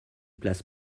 place